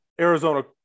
Arizona